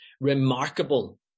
remarkable